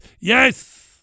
yes